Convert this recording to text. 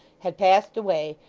had passed away,